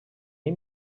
ell